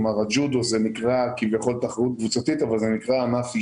הג'ודו נקרא כביכול תחרות קבוצתית אבל זה נקרא ענף אישי.